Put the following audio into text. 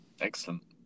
excellent